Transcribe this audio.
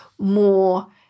more